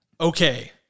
Okay